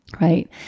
right